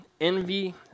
envy